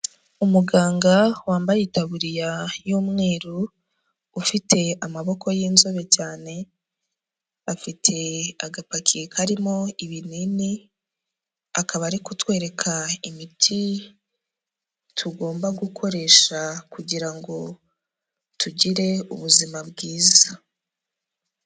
Umuganga wambaye itaburiya y'umweru ufite amaboko y'inzobe cyane, afite agapaki karimo ibinini, akaba ari kutwereka imiti tugomba gukoresha kugira ngo tugire ubuzima bwiza.